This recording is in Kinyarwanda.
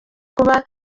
kuba